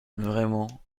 vraiment